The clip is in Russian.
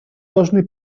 должны